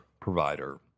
provider